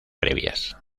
previas